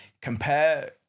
compare